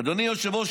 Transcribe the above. אדוני היושב-ראש,